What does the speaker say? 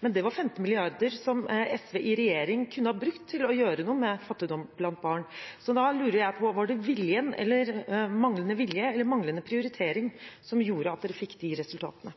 men det var 15 mrd. kr som SV i regjering kunne ha brukt til å gjøre noe med fattigdom blant barn. Da lurer jeg på: Var det manglende vilje eller manglende prioritering som gjorde at dere fikk de resultatene?